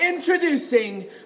Introducing